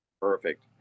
Perfect